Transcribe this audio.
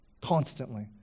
constantly